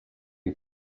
you